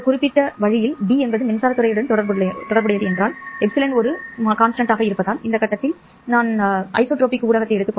இந்த குறிப்பிட்ட வழியில் ́D என்பது மின்சாரத் துறையுடன் தொடர்புடையது என்றால் எப்சிலன் ஒரு மாறிலியாக இருப்பதால் இந்த கட்டத்தில் நான் கருதுகிறேன் மற்றும் ஐசோட்ரோபிக் ஊடகம் சரி